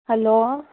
hello